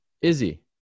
izzy